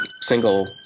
single